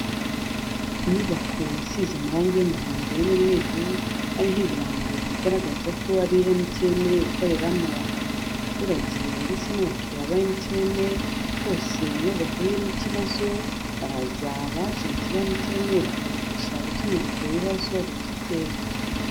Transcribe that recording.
Inyubako isize amarange y'umuhondo n'umweru hariho ibirango bigaragaza ko ari Emutiyene iri gukoreramo, abaturage ndetse n'abakiriya ba MTN bose iyo bahuye n'ikibazo baraza abajenti ba MTN bakabafasha gukemura ibyo bibazo bafite.